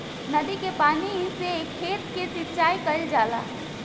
नदी के पानी से खेत के सिंचाई कईल जाला